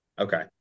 Okay